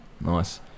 nice